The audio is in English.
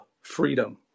freedom